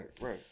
right